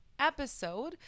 episode